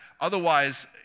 otherwise